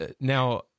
now